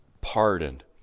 pardoned